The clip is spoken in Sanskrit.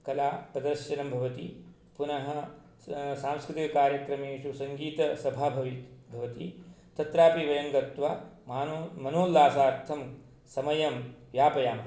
कलाप्रदर्शनं भवति पुनः सांस्कृतिककार्यक्रमेषु सङ्गीतसभा भवति तत्रापि वयङ्गत्वा मनो मनोल्लासार्थं समयं यापयामः